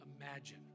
imagine